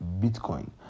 Bitcoin